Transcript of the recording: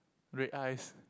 red eyes